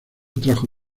atrajo